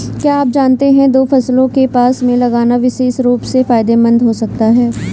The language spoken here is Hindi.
क्या आप जानते है दो फसलों को पास में लगाना विशेष रूप से फायदेमंद हो सकता है?